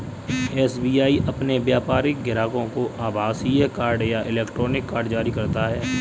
SBI अपने व्यापारिक ग्राहकों को आभासीय कार्ड या इलेक्ट्रॉनिक कार्ड जारी करता है